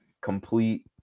complete